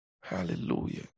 Hallelujah